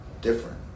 different